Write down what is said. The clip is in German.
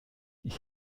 ich